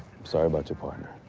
sorry about your partner.